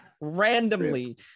randomly